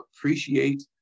appreciate